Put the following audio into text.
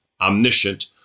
omniscient